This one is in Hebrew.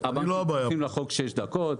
הבנקים כפופים לחוק שש דקות,